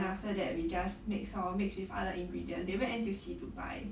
then after that we just mix lor mix with other ingredient they went N_T_U_C to buy